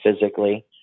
physically